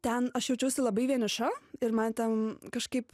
ten aš jaučiuosi labai vieniša ir man ten kažkaip